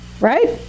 right